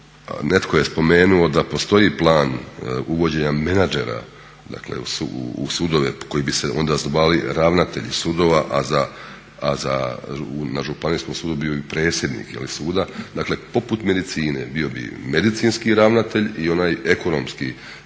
netko je spomenuo da postoji plan uvođenja menadžera, dakle u sudove koji bi se onda zvali ravnatelji sudova, a na Županijskom sudu bio bi predsjednik suda. Dakle, poput medicine. Bio bi medicinski ravnatelj i onaj ekonomski